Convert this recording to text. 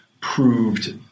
proved